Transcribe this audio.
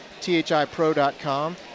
thiPro.com